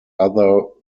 other